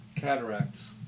cataracts